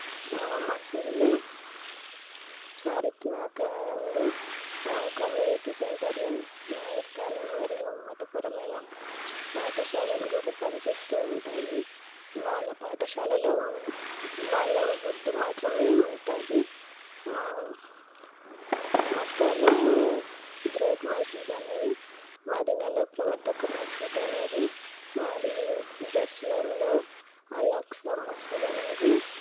మసీదులో చారిత్మా కోణంలో ఒక కమ్యూనిటీ సెంటర్ను న్యాయస్థానం మరియు మతపరమైన పాఠశాలలు కూడా పనిచేస్తూ ఉంటాయి వాళ్ల పాఠశాలలో వాళ్ళు ఉర్దూ మాత్రమే ఉంటుంది మక్కాలో గ్రేట్ మసీద్ అనేది మదనలో ప్రవతాక మసీద్ అనేది మాది జెరుసలంలో అలెక్స మసీద్ అనేది